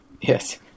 yes